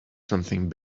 something